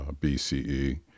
BCE